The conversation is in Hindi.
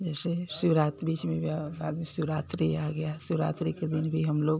जैसे शिवरात्रि बीच में भी आदमी शिवरात्रि आ गया शिवरात्रि के दिन भी हम लोग